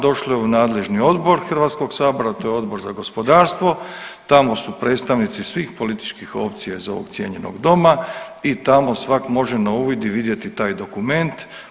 Došlo u nadležni odbor Hrvatskog sabora, to je Odbor za gospodarstvo, tamo su predstavnici svih političkih opcija iz ovog cijenjenog doma i tamo svak može na uvid i vidjeti taj dokument.